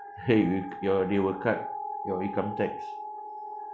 they will c~ your they will cut your income tax